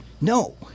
no